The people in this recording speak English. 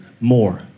more